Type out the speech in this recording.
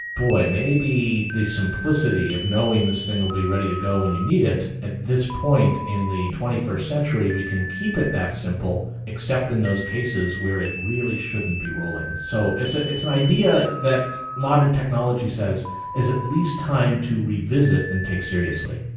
boy, maybe the simplicity of knowing this thing will be ready to go when you need it, at this point in the twenty first century we can keep it that simple, except in those cases where it really shouldn't be rolling. so it's ah it's an idea that modern technology says is at least time to revisit and take seriously.